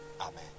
amen